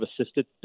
assisted